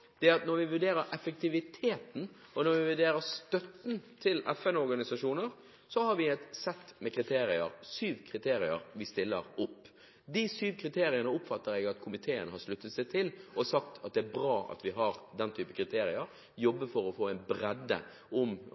at når vi vurderer effektiviteten, og når vi vurderer støtten til FN-organisasjoner, har vi et sett med kriterier – syv kriterier – vi stiller opp. De syv kriteriene oppfatter jeg at komiteen har sluttet seg til og sagt at det er bra at vi har og jobber for å få en bred oppslutning om.